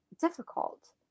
difficult